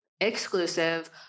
Exclusive